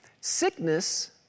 sickness